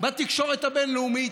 בתקשורת הבין-לאומית,